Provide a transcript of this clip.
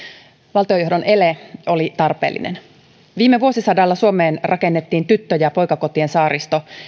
valtiojohdon ele oli tarpeellinen viime vuosisadalla suomeen rakennettiin tyttö ja poikakotien saaristo